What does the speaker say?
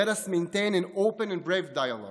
let us maintain an open and brave dialogue.